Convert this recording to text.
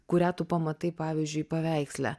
kurią tu pamatai pavyzdžiui paveiksle